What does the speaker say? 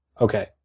okay